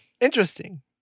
interesting